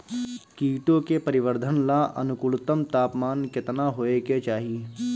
कीटो के परिवरर्धन ला अनुकूलतम तापमान केतना होए के चाही?